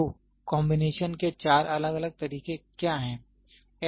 तो कंबीनेशन के चार अलग अलग तरीके क्या हैं